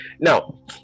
Now